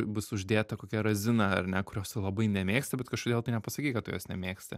bus uždėta kokia razina ar ne kurios tu labai nemėgsti bet kažkodėl tai nepasakei kad tu jos nemėgsti